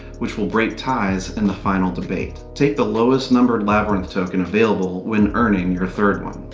which will break ties in the final debate. take the lowest numbered labyrinth token available when earning your third one.